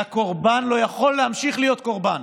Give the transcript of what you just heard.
והקורבן לא יכול להמשיך להיות קורבן,